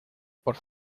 por